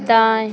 दाएँ